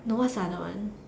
no what's the other one